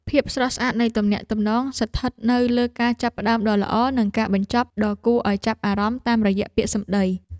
ភាពស្រស់ស្អាតនៃទំនាក់ទំនងស្ថិតនៅលើការចាប់ផ្តើមដ៏ល្អនិងការបញ្ចប់ដ៏គួរឱ្យចាប់អារម្មណ៍តាមរយៈពាក្យសម្តី។